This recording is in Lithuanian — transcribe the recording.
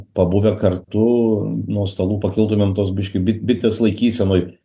pabuvę kartu nuo stalų pakiltumėm tos biškį bi bitės laikysenoj